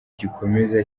gikomeza